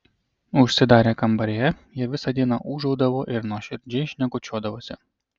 užsidarę kambaryje jie visą dieną ūžaudavo ir nuoširdžiai šnekučiuodavosi